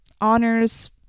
honors